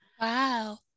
wow